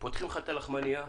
פותחים לך את הלחמנייה,